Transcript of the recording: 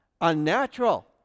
unnatural